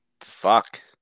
Fuck